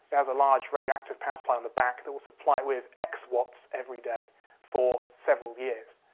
it has a large radioactive power supply on the back that will supply it with x watts every day for several years.